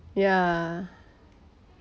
ya